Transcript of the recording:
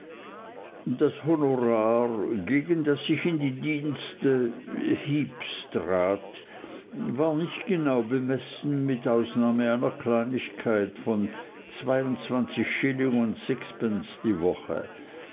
das honorar gegen das ich in die dienste heeps trat war nicht genau bemessen mit ausnahme einer kleinigkeit von zweiundzwanzig schilling sechs pence die woche